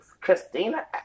Christina